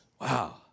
wow